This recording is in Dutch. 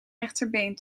rechterbeen